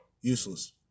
Useless